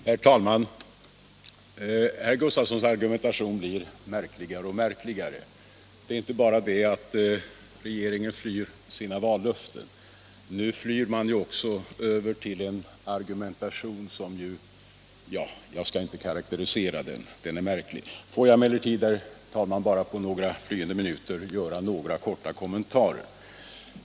Herr talman! Herr Gustavssons argumentation blir märkligare och märkligare. Det är inte bara det att regeringen flyr från sina vallöften. Nu flyr den också över till en märklig argumentation, som jag här inte skall försöka karakterisera. Får jag, herr talman, under några minuter bara göra ett par korta kommentarer.